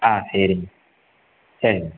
ஆ சரிங்க சரிங்க